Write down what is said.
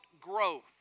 growth